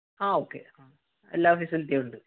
ആ ഓക്കെ എല്ലാ ഫെസിലിറ്റിയും ഉണ്ട്